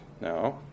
now